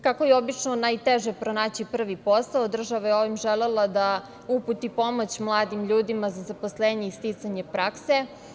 Kako je obično najteže pronaći prvi posao, država je ovim želela da uputi pomoć mladim ljudima za zaposlenje i sticanje prakse.